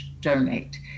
donate